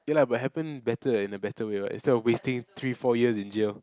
ya lah but happen better and a better way what instead of wasting three four years in jail